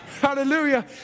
Hallelujah